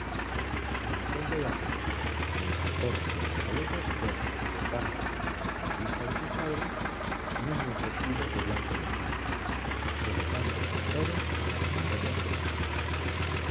en la fuente de apolo en el parterre y en recoletos juegan entretanto a la vista de sus padres niños vestidos de blanco y azul semejantes en todo a las mariposas que persiguen